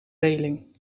reling